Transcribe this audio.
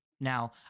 Now